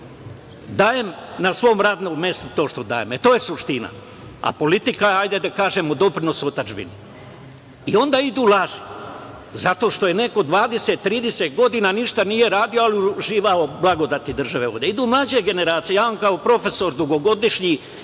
dajem na svom radnom mestu to što dajem? E, to je suština. Politika je, hajde da kažemo, doprinos otadžbini. Onda idu laži, zato što neko 20, 30 godina ništa nije radio, ali je uživao blagodati države ovde. Idu mlađe generacije. Ja vam kao profesor dugogodišnji,